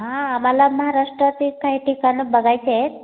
हां मला महाराष्ट्राचे काही ठिकाणं बघायचे आहेत